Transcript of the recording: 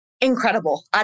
incredible